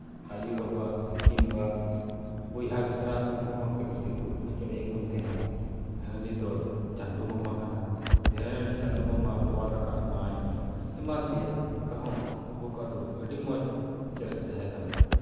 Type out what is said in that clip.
ᱟᱭᱩ ᱵᱟᱵᱟ ᱠᱤᱢᱵᱟ ᱵᱚᱭᱦᱟ ᱢᱤᱥᱨᱟ ᱩᱱᱠᱩ ᱦᱚᱸ ᱠᱟᱹᱴᱤᱡ ᱨᱮᱠᱚ ᱪᱮᱨᱮᱡ ᱮᱫ ᱵᱚᱱ ᱛᱟᱦᱮᱱᱟ ᱦᱟᱹᱱᱤ ᱫᱚᱭ ᱪᱟᱸᱫᱳ ᱢᱟᱢᱟ ᱠᱟᱱᱟ ᱫᱮᱱ ᱪᱟᱸᱫᱳ ᱢᱟᱢᱟ ᱛᱚᱣᱟ ᱫᱟᱠᱟ ᱮᱢᱟᱭ ᱢᱮ ᱮᱢᱟᱱ ᱛᱮᱭᱟᱜ ᱚᱱᱠᱟ ᱦᱚᱸ ᱟᱵᱚᱠᱚᱣᱟᱜ ᱫᱚ ᱟᱹᱰᱤ ᱢᱚᱡᱽ ᱪᱮᱨᱮᱡ ᱛᱟᱦᱮᱸ ᱠᱟᱱᱟ